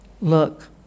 look